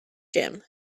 gym